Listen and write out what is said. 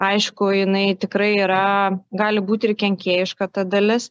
aišku jinai tikrai yra gali būti ir kenkėjiška ta dalis